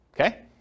Okay